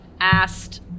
asked